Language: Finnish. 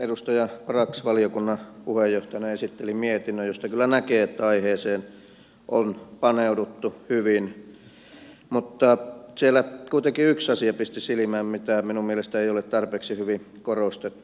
edustaja brax valiokunnan puheenjohtajana esitteli mietinnön josta kyllä näkee että aiheeseen on paneuduttu hyvin mutta siellä kuitenkin yksi asia pisti silmään mitä minun mielestäni ei ole tarpeeksi hyvin korostettu